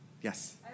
Yes